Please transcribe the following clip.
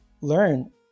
learn